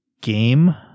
game